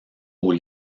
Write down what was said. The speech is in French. aux